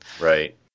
Right